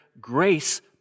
grace